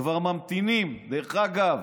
שכבר ממתינים, דרך אגב,